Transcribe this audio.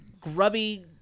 grubby